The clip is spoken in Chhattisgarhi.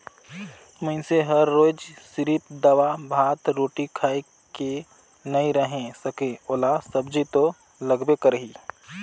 मइनसे हर रोयज सिरिफ दारा, भात, रोटी खाए के नइ रहें सके ओला सब्जी तो लगबे करही